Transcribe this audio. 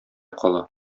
кала